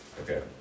okay